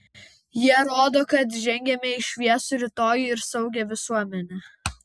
jie rodo kad žengiame į šviesų rytojų ir saugią visuomenę